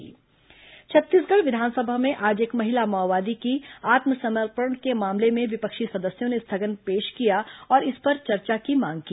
विधानसभा समाचार छत्तीसगढ़ विधानसभा में आज एक महिला माओवादी की आत्मसमर्पण के मामले में विपक्षी सदस्यों ने स्थगन पेश किया और इस पर चर्चा की मांग की